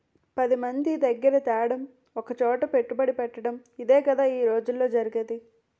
పదిమంది దగ్గిర తేడం ఒకసోట పెట్టుబడెట్టటడం ఇదేగదా ఈ రోజుల్లో జరిగేది